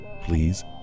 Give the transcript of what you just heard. please